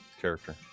character